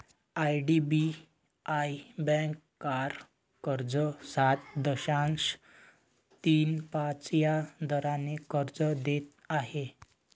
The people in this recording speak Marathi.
आई.डी.बी.आई बँक कार कर्ज सात दशांश तीन पाच या दराने कर्ज देत आहे